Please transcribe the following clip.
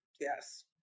Yes